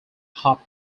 hop